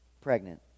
pregnant